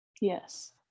Yes